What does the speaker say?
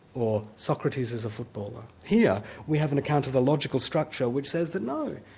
or socrates is a footballer. here we have an account of a logical structure which says that no,